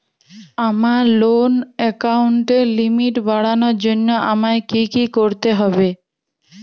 আমার লোন অ্যাকাউন্টের লিমিট বাড়ানোর জন্য আমায় কী কী করতে হবে?